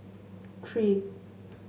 three